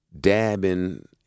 dabbing